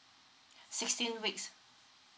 sixteen weeks